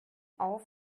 auf